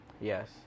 Yes